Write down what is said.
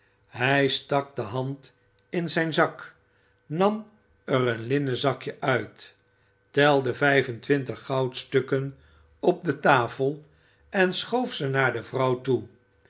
hij stak de hand in zijn zak nam er een linnen zakje uit telde vijf en twintig goudstukken op de tafel en schoof ze naar de vrouw toe